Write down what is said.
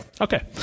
Okay